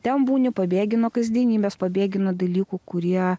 ten būni pabėgi nuo kasdienybės pabėgi nuo dalykų kurie